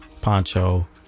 poncho